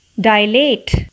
dilate